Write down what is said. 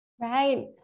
Right